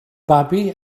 babi